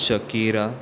Shakira